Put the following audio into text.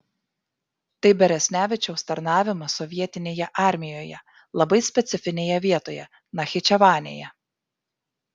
tai beresnevičiaus tarnavimas sovietinėje armijoje labai specifinėje vietoje nachičevanėje